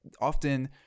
often